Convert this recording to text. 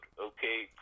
okay